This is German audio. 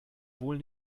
wohl